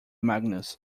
magnus